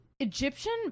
Egyptian